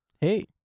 hey